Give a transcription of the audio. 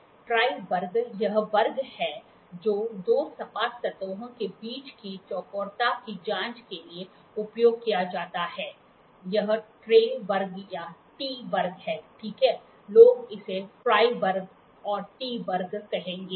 ट्रैय वर्ग यह वर्ग है जो दो सपाट सतहों के बीच की चौकोरता की जाँच के लिए उपयोग किया जाता है यह ट्रैय वर्ग या T वर्ग है ठीक है लोग इसे ट्रैय वर्ग और T वर्ग कहेंगे